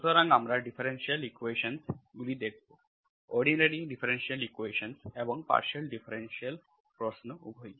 সুতরাং আমরা differential equations গুলি শেখাব অর্ডিনারি ডিফারেনশিয়াল ইকুয়েশন্স এবং পার্শিয়াল ডিফারেনশিয়াল প্রশ্ন উভয়ই